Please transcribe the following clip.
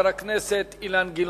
ואחריו, חבר הכנסת אילן גילאון.